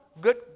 good